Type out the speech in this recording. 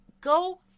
go